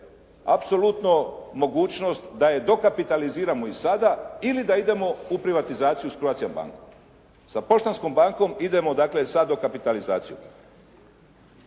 apsolutno mogućnost da je dokapitaliziramo i sada ili da idemo u privatizaciju s Croatia bankom. Sa poštanskom bankom idemo dakle sa dokapitalizacijom.